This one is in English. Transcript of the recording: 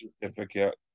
certificate